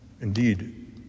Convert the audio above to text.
Indeed